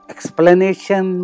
Explanation